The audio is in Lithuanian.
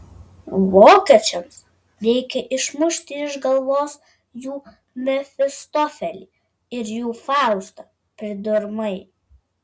vokiečiams reikia išmušti iš galvos jų mefistofelį ir jų faustą pridurmai